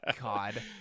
god